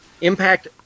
Impact